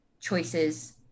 choices